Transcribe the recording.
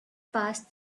passed